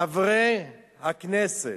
חברי הכנסת.